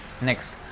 Next